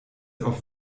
auf